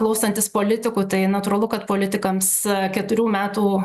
klausantis politikų tai natūralu kad politikams keturių metų